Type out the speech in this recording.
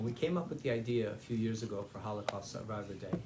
בינתיים אתן את רשות הדיבור לחבר הכנסת סימון דוידסון,